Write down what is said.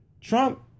Trump